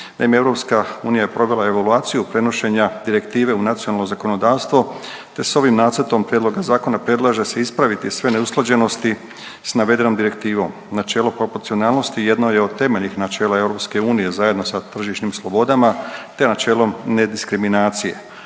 Naime, EU je provela evaluaciju prenošenja direktive u nacionalno zakonodavstvo te s ovim nacrtom prijedloga zakona predlaže se ispraviti sve neusklađenosti s navedenom direktivom. Načelo proporcionalnosti jedno je od temeljnih načela EU zajedno sa tržišnim slobodama te načelom nediskriminacije.